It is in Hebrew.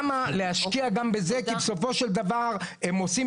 להשקיע גם בזה כי בסופו של דבר הם עושים